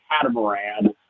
catamaran